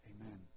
Amen